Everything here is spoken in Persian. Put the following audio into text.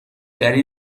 گری